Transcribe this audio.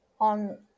on